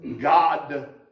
God